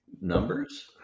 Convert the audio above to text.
numbers